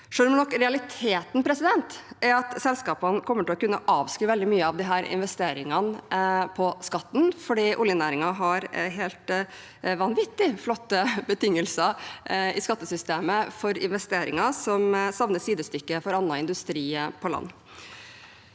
selv om realiteten nok er at selskapene kommer til å kunne skrive av veldig mange av disse investeringene på skatten, for oljenæringen har helt vanvittig flotte betingelser i skattesystemet for investeringer – som savner sidestykke sammenlignet med annen industri på land.